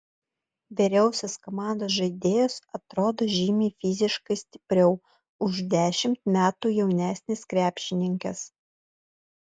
vyriausios komandos žaidėjos atrodo žymiai fiziškai stipriau už dešimt metų jaunesnes krepšininkes